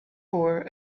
for